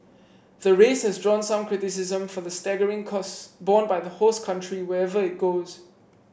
the race has drawn some criticism for the staggering costs borne by the host country wherever it goes